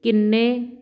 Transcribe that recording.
ਕਿੰਨੇ